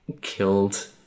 killed